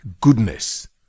Goodness